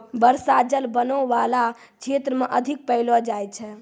बर्षा जल बनो बाला क्षेत्र म अधिक पैलो जाय छै